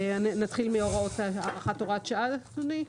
נתחיל מהארכת הוראת השעה, אדוני?